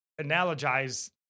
analogize